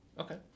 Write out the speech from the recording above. Okay